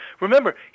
Remember